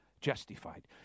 justified